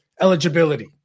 eligibility